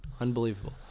Unbelievable